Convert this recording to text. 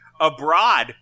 abroad